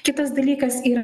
kitas dalykas y